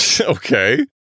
Okay